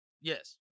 Yes